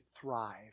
thrive